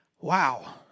wow